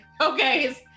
okay